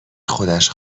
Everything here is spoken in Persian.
خودش